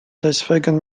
deswegen